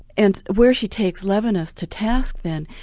and where she takes levinas to task then,